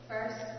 First